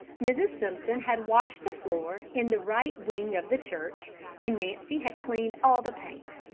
mrs. simpson had washed the floor in the right wing of the church and nancy had cleaned all the paint.